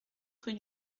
rue